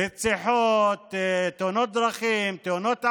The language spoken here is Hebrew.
רציחות, תאונות דרכים, תאונות עבודה,